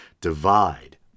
divide